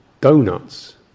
donuts